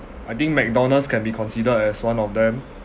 I think McDonald's can be considered as one of them